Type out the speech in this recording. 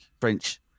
french